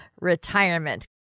retirement